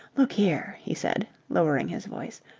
look here, he said lowering his voice,